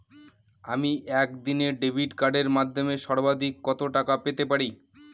আমি একদিনে ডেবিট কার্ডের মাধ্যমে সর্বাধিক কত টাকা পেতে পারি?